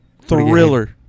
Thriller